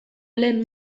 lehen